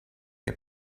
che